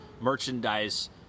merchandise